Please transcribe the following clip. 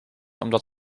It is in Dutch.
omdat